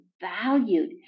valued